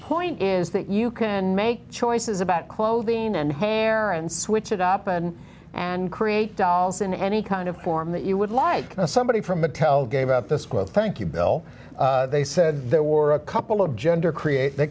point is that you can make choices about clothing and hair and switch it up and and create dolls in any kind of form that you would like somebody from mattel gave out this quote thank you bill they said there were d a couple of gender create they